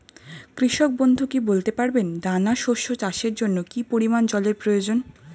কৃষক বন্ধু কি বলতে পারবেন দানা শস্য চাষের জন্য কি পরিমান জলের প্রয়োজন?